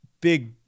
big